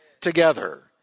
together